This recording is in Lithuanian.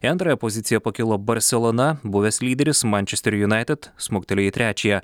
į antrąją poziciją pakilo barselona buvęs lyderis mančesterio united smuktelėjo į trečiąją